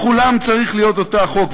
לכולם צריך להיות אותו החוק.